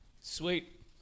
sweet